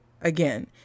again